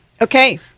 Okay